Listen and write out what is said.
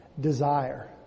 desire